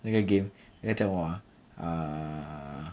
那个 game 那个叫什么啊 uh